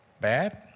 bad